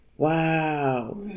Wow